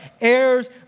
heirs